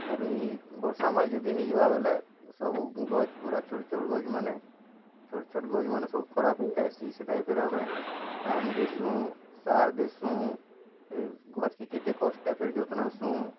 ଆହୁରି ବର୍ଷା ମାସ ଯଦି ହେଇଯିବା ବୋଲେ ସବୁ ଗଛ୍ ପୁରା ଛୋଟ୍ ଛୋଟ୍ ଗଛ୍ ମାନେ ଛୋଟ ଛୋଟ ଗଛ୍ମାନେ ସବୁ ଖରାପ ହେଇ ଯାଏସି ସେଟା କି ଫେର୍ ଆମେ ପାନ୍ ଦେସୁଁ ସାର୍ ଦେସୁଁ ସେ ଗଛ୍ କି କେତେ କଷ୍ଟେ ଫିର୍ ଯତ୍ନାସୁଁ